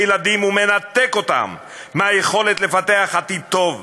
ילדים ומנתק אותם מהיכולת לפתח עתיד טוב,